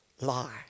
lie